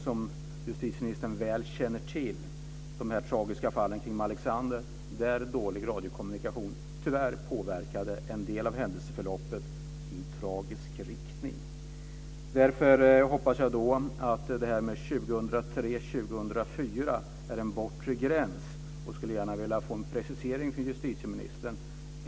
Som justitieministern väl känner till har vi de tragiska fallen i Malexander, där dålig radiokommunikation tyvärr påverkade en del av händelseförloppet i tragisk riktning. Jag hoppas därför att 2003-2004 är en bortre gräns. Jag skulle gärna vilja få en precisering från justitieministern.